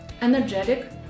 energetic